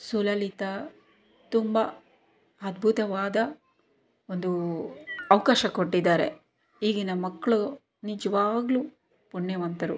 ಸುಲಲಿತ ತುಂಬ ಅದ್ಭುತವಾದ ಒಂದು ಅವಕಾಶ ಕೊಟ್ಟಿದ್ದಾರೆ ಈಗಿನ ಮಕ್ಕಳು ನಿಜವಾಗ್ಲೂ ಪುಣ್ಯವಂತರು